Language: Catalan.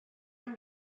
amb